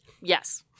Yes